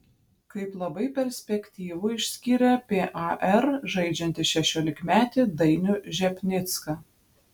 kaip labai perspektyvų išskyrė par žaidžiantį šešiolikmetį dainių žepnicką